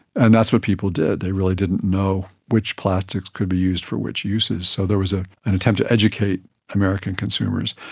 and that's what people did. they really didn't know which plastics could be used for which uses, so there was ah an attempt to educate american consumers.